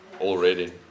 already